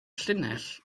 llinell